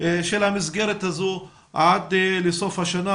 של המסגרת הזו עד לסוף השנה,